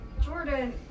Jordan